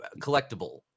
collectible